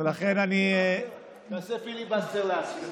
ולכן אני, תעשה פיליבסטר לעצמך.